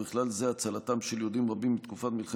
ובכלל זה הצלתם של יהודים רבים שמצאו